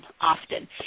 often